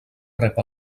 rep